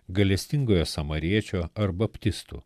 gailestingojo samariečio ar baptistų